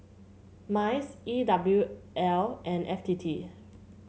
MICE E W L and F T T